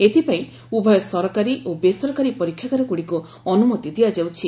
ଏଥିପାଇଁ ଉଭୟ ସରକାରୀ ଓ ବେସରକାରୀ ପରୀକ୍ଷାଗାରଗୁଡ଼ିକୁ ଅନୁମତି ଦିଆଯାଉଛି